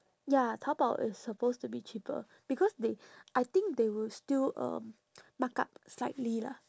ya taobao is supposed to be cheaper because they I think they will still um mark up slightly lah